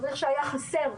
מדריך שהיה חסר,